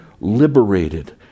liberated